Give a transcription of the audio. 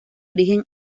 origen